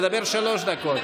תדבר שלוש דקות.